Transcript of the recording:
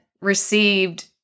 received